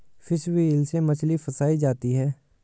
fish wheel से मछली फँसायी जाती है